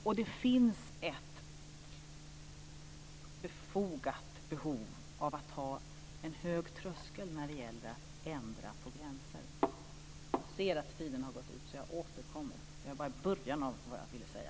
Och det finns ett befogat behov av att ha en hög tröskel när det gäller att ändra på gränser. Jag ser att min talartid har gått ut, så jag återkommer. Jag har bara hunnit till början av vad jag ville säga.